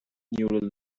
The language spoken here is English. neural